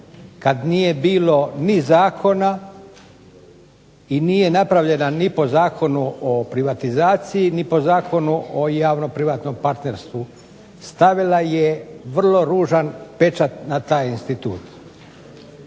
kada nije bilo ni zakona, i nije napravljena ni po zakonu o privatizaciji ni po Zakonu o javno privatnom partnerstvu stavila je vrlo ružan pečat na taj institut.